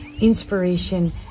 inspiration